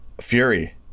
fury